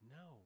no